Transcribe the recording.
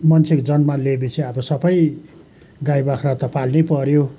मान्छेको जन्म लिएपछि अब सबै गाई बाख्रा त पाल्नै पर्यो